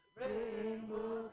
rainbow